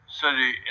city